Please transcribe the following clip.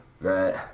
Right